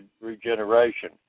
Regeneration